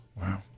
Wow